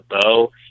bow